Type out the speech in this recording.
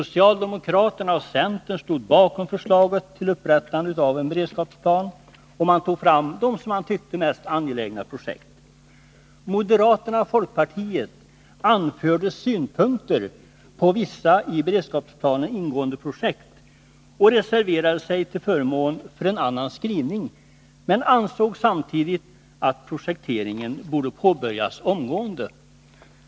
Socialdemokraterna och centern stod bakom förslaget om upprättande av en beredskapsplan, och man tog fram de projekt som ansågs mest angelägna. Moderaterna och folkpartiet anförde synpunkter på vissa i beredskapsplanen ingående projekt och reserverade sig till förmån för en annan skrivning. Men de ansåg samtidigt att projekteringen borde påbörjas omgående.